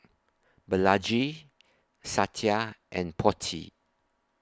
Balaji Satya and Potti